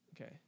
Okay